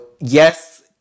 yes